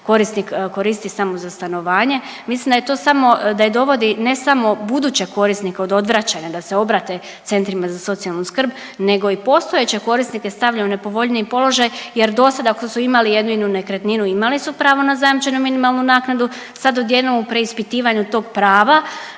korisnik koristi samo za stanovanje. Mislim da je to samo, da je dovodi ne samo buduće korisnike od odvraćanja da se obrate centrima za socijalnu skrb nego i postojeće korisnike stavlja u nepovoljniji položaj jer dosada ako su imali jedinu nekretninu imali su pravo na zajamčenu minimalnu naknadu, sad odjednom u preispitivanju tog prava